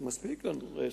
להסתפק.